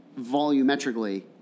volumetrically